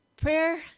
Prayer